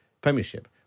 premiership